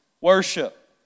worship